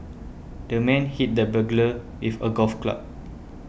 the man hit the burglar with a golf club